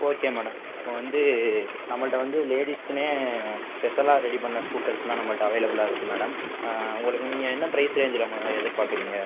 okay madam இப்போ வந்து நம்மள்கிட்ட வந்து லேடிசுகுனே ஸ்பெஷலாக ரெடி பண்ண ஸ்கூட்டர்ஸ்லாம் நம்மள்கிட்ட அவைலபுலாக இருக்கு மேடம் உங்களுக்கு நீங்கள் என்ன ப்ரைஸ் ரேஞ்சில் மேடம் எதிர்பார்க்குறீங்க